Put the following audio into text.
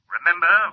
Remember